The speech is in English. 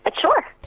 Sure